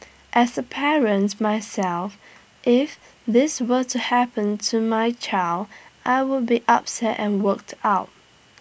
as A parents myself if this were to happen to my child I would be upset and worked up